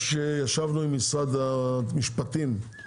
ישבנו עם משרד המשפטים.